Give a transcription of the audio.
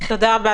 תודה רבה,